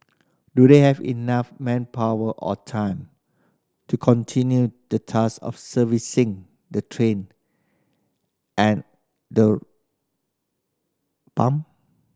do they have enough manpower or time to continue the task of servicing the train and the pump